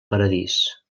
paradís